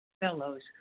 fellows